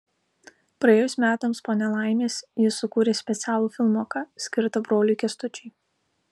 praėjus metams po nelaimės ji sukūrė specialų filmuką skirtą broliui kęstučiui